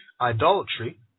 idolatry